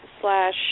slash